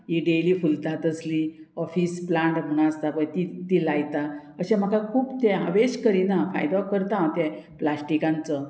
ही daily फुलता तसली office plant म्हणून आसता पय तीं तीं लायता अशें म्हाका खूब तें हांव वेस्ट करिना फायदो करता हांव तें प्लास्टिकांचो